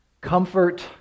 Comfort